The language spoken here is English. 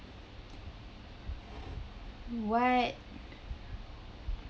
what